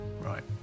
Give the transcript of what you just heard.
Right